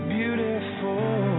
Beautiful